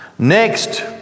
Next